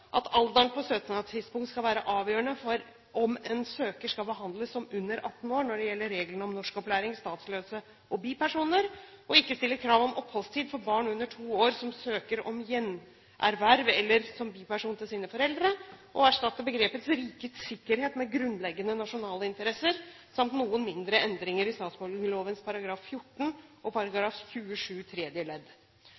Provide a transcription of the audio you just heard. at alderen på søknadstidspunktet skal være avgjørende for om en søker skal behandles som under 18 år når det gjelder reglene om norskopplæring, statsløse og bipersoner å ikke stille krav om oppholdstid for barn under to år som søker om gjenerverv eller som biperson til sine foreldre å erstatte begrepet «rikets sikkerhet» med «grunnleggende nasjonale interesser» noen mindre endringer i statsborgerloven § 14 og